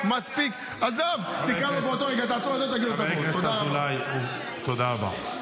תודה רבה.